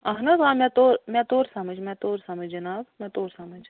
اہن حظ آ مےٚ توٚر مےٚ توٚر سمٕجھ مےٚ توٚر سمٕجھ جناب مےٚ توٚر سمٕجھ